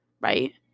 Right